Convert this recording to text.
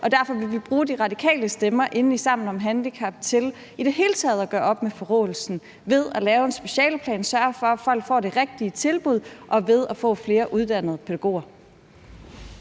og derfor vil vi bruge de radikale stemmer inde i Sammen om handicap til i det hele taget at gøre op med forråelsen ved at lave en specialeplan, sørge for, at folk får det rigtige tilbud og ved at få flere uddannede pædagoger.